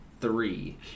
three